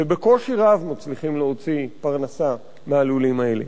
ובקושי רב מצליחים להוציא פרנסה מהלולים האלה.